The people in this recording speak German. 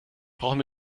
brauchen